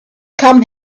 come